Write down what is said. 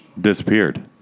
Disappeared